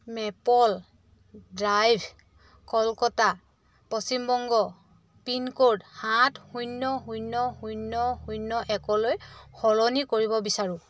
maple drive Kolkata Paschim Banga pin code সাত শূন্য শূন্য শূন্য শূন্য একলৈ সলনি কৰিব বিচাৰোঁ